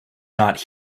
not